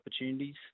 opportunities